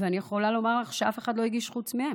ואני יכולה לומר לך שאף אחד לא הגיש חוץ מהם,